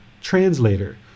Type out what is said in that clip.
translator